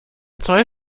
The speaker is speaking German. zoll